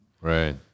Right